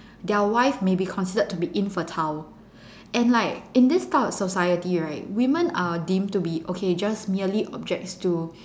their wife may be considered to be infertile and like in this type of society right women are deemed to be okay just merely objects to